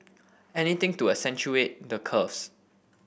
anything to accentuate the curves